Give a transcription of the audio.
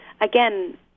again